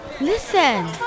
Listen